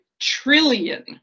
trillion